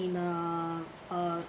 in uh uh